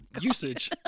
Usage